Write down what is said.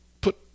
put